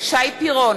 שי פירון,